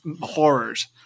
horrors